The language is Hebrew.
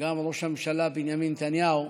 גם ראש הממשלה בנימין נתניהו,